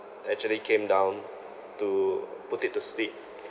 actually came down to put it to sleep